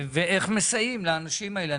איך מסייעים לאנשים האלה?